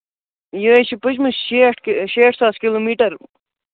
یہِ حظ چھِ پٔچمٕژ شیٹھ شیٹھ ساس کِلوٗ میٖٹَر